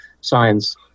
science